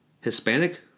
Hispanic